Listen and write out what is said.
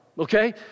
Okay